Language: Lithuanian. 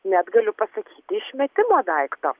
net galiu pasakyti išmetimo daikto